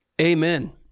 Amen